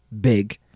Big